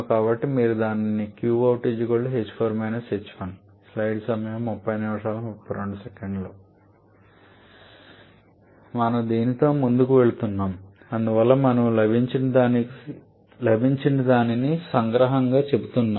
కాబట్టి మీరు దానిని మనము దీనితో ముందుకు వెళ్తున్నాము అందువల్ల మనకు లభించినదానిని సంగ్రహంగా చెబుతున్నాను